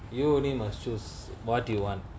you only must choose what do you want